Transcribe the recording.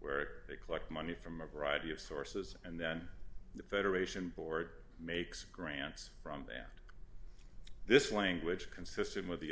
where they collect money from a variety of sources and then the federation board makes grants from band this language consistent with the